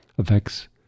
affects